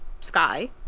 sky